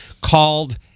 called